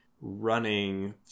running